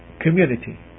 community